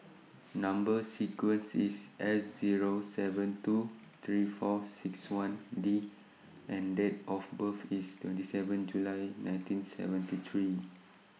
Number sequence IS S Zero seven two three four six one D and Date of birth IS twenty seven July nineteen seventy three